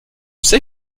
sais